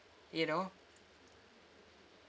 you know